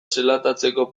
zelatatzeko